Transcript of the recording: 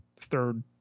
third